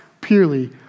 purely